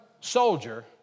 soldier